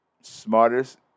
smartest